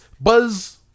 buzz